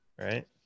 right